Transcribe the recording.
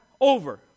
over